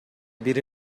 бир